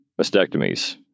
mastectomies